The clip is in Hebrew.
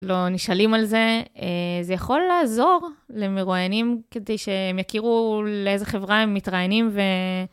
לא נשאלים על זה, זה יכול לעזור למרואיינים כדי שהם יכירו לאיזה חברה הם מתראיינים.